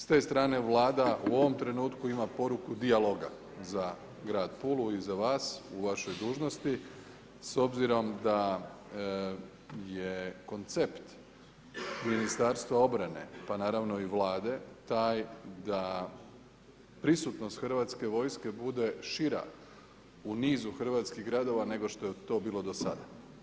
S te strane Vlada u ovom trenutku ima poruku dijaloga za grad Pulu i za vas u vašoj dužnosti, s obzirom da je koncept Ministarstva obrane, pa naravno i Vlade, taj da prisutnost Hrvatske vojske bude šira u nizu hrvatskih gradova, nego što je to bilo do sada.